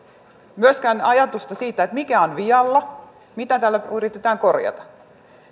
myöskään ajatusta siitä mikä on vialla mitä tällä yritetään korjata